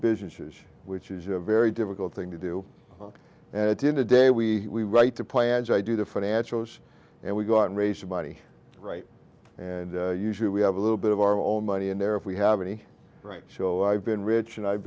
businesses which is a very difficult thing to do and that in the day we write the plans i do the financials and we go out and raise money right and usually we have a little bit of our own money in there if we have any right show i've been rich and i've